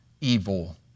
evil